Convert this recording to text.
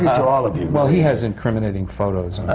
to all of you. well, he has incriminating photos.